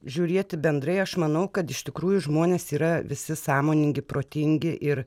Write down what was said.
žiūrėti bendrai aš manau kad iš tikrųjų žmonės yra visi sąmoningi protingi ir